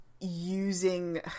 Using